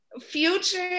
Future